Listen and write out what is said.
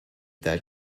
that